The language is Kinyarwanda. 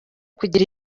kugira